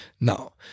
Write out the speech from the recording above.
Now